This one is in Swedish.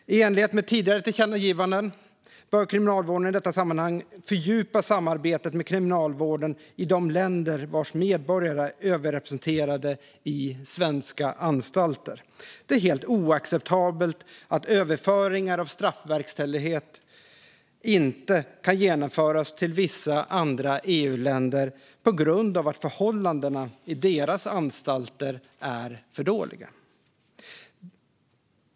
I enlighet med tidigare tillkännagivanden bör kriminalvården i detta sammanhang fördjupa samarbetet med kriminalvården i de länder vars medborgare är överrepresenterade i svenska anstalter. Det är helt oacceptabelt att överföringar av straffverkställighet inte kan genomföras till vissa andra EU-länder på grund av att förhållandena i deras anstalter är för dåliga.